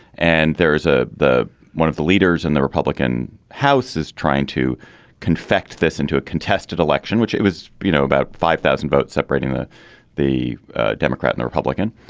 and there is a the one of the leaders in the republican house is trying to confected this into a contested election which was you know about five thousand votes separating the the democrat and republican.